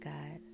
God